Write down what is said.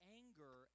anger